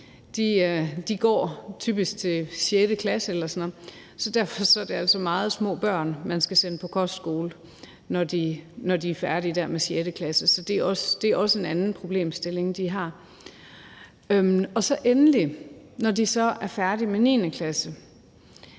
eller sådan noget, så derfor er det altså meget små børn, man skal sende på kostskole, når de er færdige med 6. klasse. Så det er en anden problemstilling, de også har. Når de så endelig er færdige med 9. klasse,